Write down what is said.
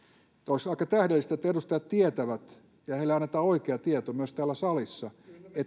olisi aika tähdellistä että edustajat tietävät ja heille annetaan oikea tieto myös täällä salissa